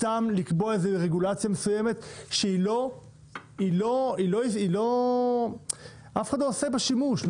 סתם לקבוע איזה רגולציה מסוימת שאף אחד לא עושה בה שימוש.